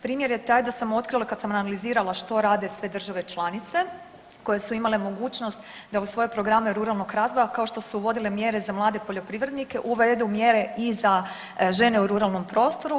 Primjer je taj da sam otkrila kad sam analizirala što rade sve države članice koje su imale mogućnost da u svoje programe ruralnog razvoja kao štu su uvodile mjere za mlade poljoprivrednike uvedu mjere i za žene u ruralnom prostoru.